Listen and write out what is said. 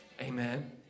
amen